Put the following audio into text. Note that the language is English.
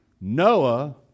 Noah